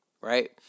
right